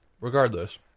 Regardless